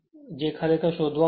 તેથી ખરેખર તે શોધવાનું છે